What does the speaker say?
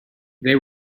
they